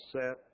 set